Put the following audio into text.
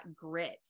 grit